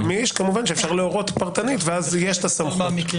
כמובן אפשר להורות פרטנית ואז יש הסמכות.